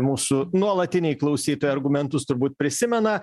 mūsų nuolatiniai klausytojai argumentus turbūt prisimena